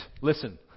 listen